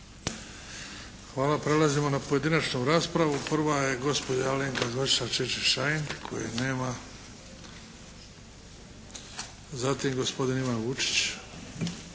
Hvala. Prelazimo na pojedinačnu raspravu. Prva je gospođa Alenka Košiša Čičin-Šain koje nema. Zatim gospodin Ivan Vučić.